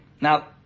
Now